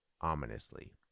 ominously